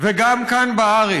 וגם כאן בארץ,